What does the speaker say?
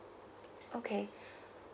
okay